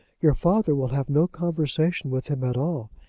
your father will have no conversation with him at all,